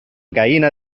gallina